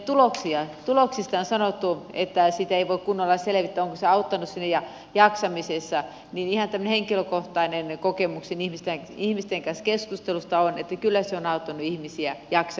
vaikka tuloksista on sanottu että sitä ei voi kunnolla selvittää onko se auttanut siinä jaksamisessa niin ihan tämmöinen henkilökohtainen kokemukseni ihmisten kanssa keskustelusta on että kyllä se on auttanut ihmisiä jaksamisessa